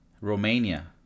Romania